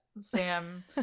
Sam